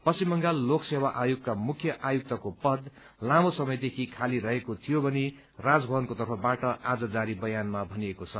पश्चिम बंगाल लोक सेवा आयोगका मुख्य आयुक्तको पद लामो समयदेखि खाली रहेको थियो भनी राजभवनको तर्फबाट आज जारी बयानमा भनिएको छ